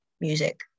music